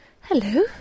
Hello